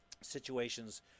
situations